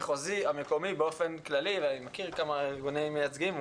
המחוזי והמקומי באופן כללי ואני מכיר כמה ארגונים מייצגים,